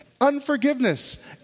Unforgiveness